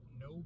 No